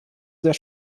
sehr